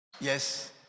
Yes